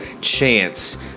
chance